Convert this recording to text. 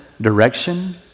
direction